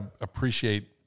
appreciate